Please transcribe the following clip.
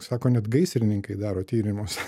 sako net gaisrininkai daro tyrimus